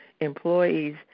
employees